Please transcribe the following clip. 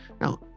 now